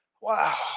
Wow